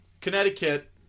connecticut